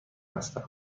هستم